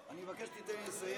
אני מבקש שתיתן לי לסיים.